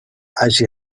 hagi